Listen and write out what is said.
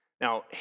Now